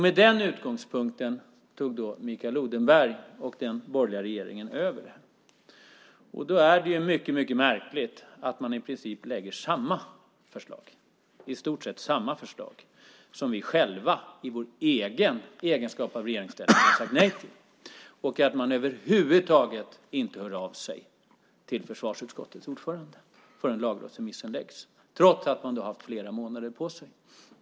Med den utgångspunkten tog Mikael Odenberg och den borgerliga regeringen över. Då är det mycket märkligt att man i princip lägger fram samma förslag som vi själva i regeringsställning har sagt nej till och att man över huvud taget inte hör av sig till försvarsutskottets ordförande förrän lagrådsremissen läggs fram, trots att man har haft flera månader på sig.